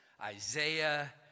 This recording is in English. Isaiah